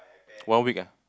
one week ah